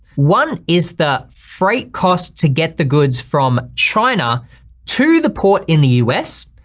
one is the freight cost to get the goods from china to the port in the us.